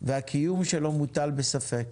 והקיום שלו מוטל בספק.